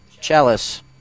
Chalice